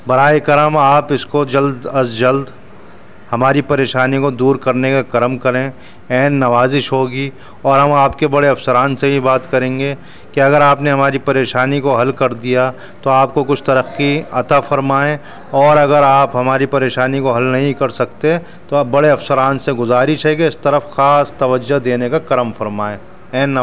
براہ کرم آپ اس کو جلد از جلد ہماری پریشانی کو دور کرنے کا کرم کریں عین نوازش ہوگی اور ہم آپ کے بڑے افسران سے ہی بات کریں گے کہ اگر آپ نے ہماری پریشانی کو حل کر دیا تو آپ کو کچھ ترقی عطا فرمائیں اور اگر آپ ہماری پریشانی کو حل نہیں کر سکتے تو آپ بڑے افسران سے گزارش ہے کہ اس طرف خاص توجہ دینے کا کرم فرمائیں عین نا